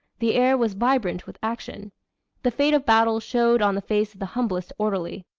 the air was vibrant with action the fate of battle showed on the face of the humblest orderly.